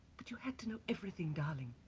but you had to know everything darling.